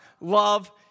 Love